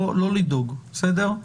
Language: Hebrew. לא לדאוג, בסדר?